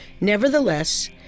Nevertheless